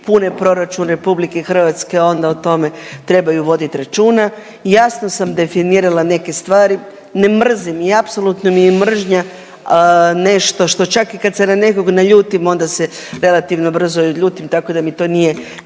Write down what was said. pune proračun RH onda o tome trebaju voditi računa i jasno sam definirala neke stvari. Ne mrzim i apsolutno mi je mržnja nešto što čak i kad se na nekom naljutim onda se relativno brzo i odljutim tako da mi to nije